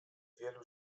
wielu